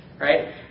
right